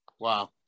Wow